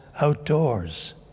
outdoors